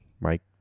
Mike